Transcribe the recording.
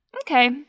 okay